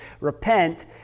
repent